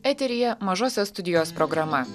eteryje mažosios studijos programa